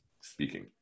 speaking